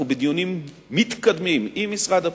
אנחנו בדיונים מתקדמים עם משרד הפנים,